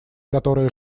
которая